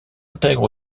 intègre